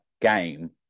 game